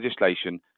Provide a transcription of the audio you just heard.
legislation